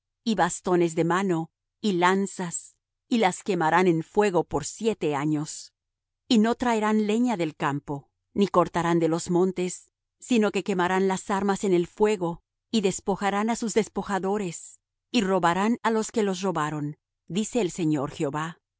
y bastones de mano y lanzas y las quemarán en fuego por siete años y no traerán leña del campo ni cortarán de los bosques sino que quemarán las armas en el fuego y despojarán á sus despojadores y robarán á los que los robaron dice el señor jehová